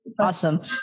Awesome